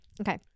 okay